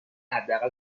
حداقل